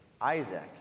Isaac